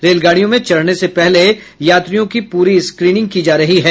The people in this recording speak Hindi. रेलगाड़ियों में चढ़ने से पहले यात्रियों की पूरी स्क्रीनिंग की जाती है